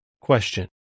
Question